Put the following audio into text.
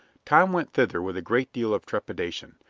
tom went thither with a great deal of trepidation,